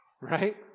right